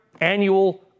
annual